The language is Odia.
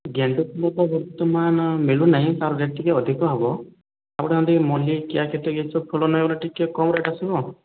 ଗେଣ୍ଡୁ ଫୁଲ ତ ବର୍ତ୍ତମାନ ମିଳୁନାହିଁ ତା'ର ରେଟ୍ ଟିକିଏ ଅଧିକ ହେବ ଆପଣ ଯଦି ମଲ୍ଲି କିଆ କେତକି ଏସବୁ ଫୁଲ ନେଇଗଲେ ଟିକିଏ କମ୍ ରେଟ୍ ଆସିବ ଆଉ